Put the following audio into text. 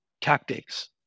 tactics